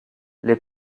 les